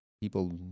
people